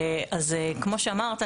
אז כמו שאמרת,